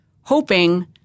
hoping